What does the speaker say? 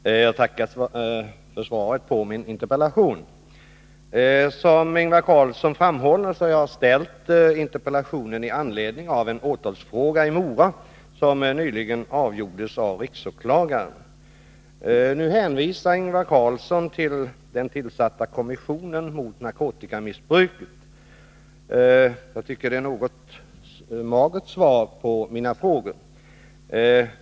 Herr talman! Jag tackar för svaret på min interpellation. Som Ingvar Carlsson framhåller har jag ställt interpellationen med anledning av en åtalsfråga i Mora som nyligen avgjordes av riksåklagaren. Nu hänvisar Ingvar Carlsson till den tillsatta kommissionen mot narkotikamissbruket. Jag tycker att det är ett något magert svar på mina frågor.